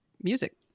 music